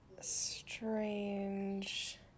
strange